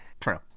True